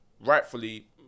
rightfully